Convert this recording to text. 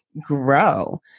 grow